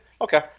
Okay